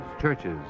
churches